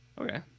Okay